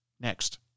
Next